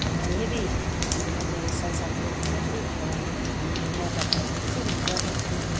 यदि मैले संसारको कुनै पनि ठाउँ घुम्ने मौका पाएँ भने चाहिँ म प्रथम चाहिँ म